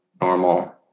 normal